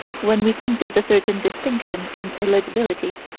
when we think there's a certain distinction in illegibility.